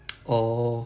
orh